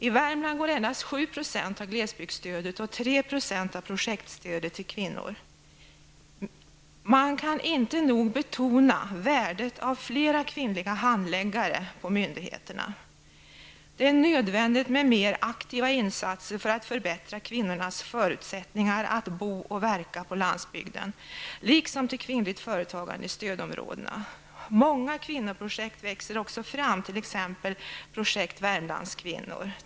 I Värmland går endast 7 % av glesbygdsstödet och 3 % av projektstödet går till kvinnor. Man kan inte nog betona värdet av flera kvinnliga handläggare på myndigheterna. Det är nödvändig med mer aktiva insatser för att förbättra kvinnornas förutsättningar att bo och verka på landsbygden liksom till kvinnligt företagande i stödområdena. Många kvinnoprojekt växer också fram t.ex. projekt Värmlandskvinnor.